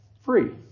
free